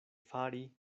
fari